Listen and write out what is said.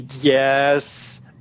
Yes